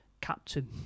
captain